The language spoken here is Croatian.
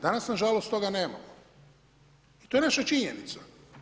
Danas na žalost toga nemamo i to je naša činjenica.